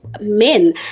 men